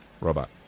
Robot